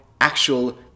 actual